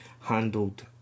handled